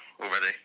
already